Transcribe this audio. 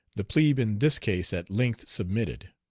the plebe in this case at length submitted.